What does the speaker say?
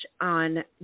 on